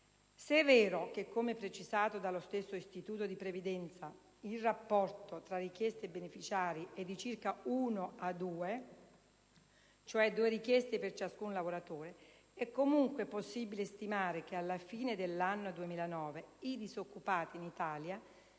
Se è vero che, come precisato dallo stesso istituto di previdenza, il rapporto tra richieste e beneficiari è di circa uno a due (cioè due richieste per ciascun lavoratore) è comunque possibile stimare che alla fine dell'anno 2009 i disoccupati in Italia